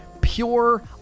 pure